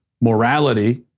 morality